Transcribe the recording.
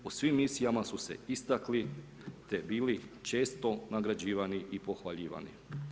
U svim misijama su se istakli, te bili često nagrađivani i pohvaljivani.